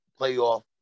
playoff